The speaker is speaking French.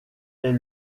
est